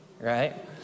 right